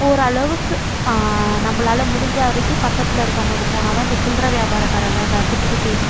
ஓரளவுக்கு நம்பளால் முடிஞ்ச வரைக்கும் பக்கத்தில் இருக்கவங்களுக்கு போனால் தான் இந்த சில்லற வியாபாரக்காரங்க இந்த குட்டி குட்டி